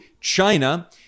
China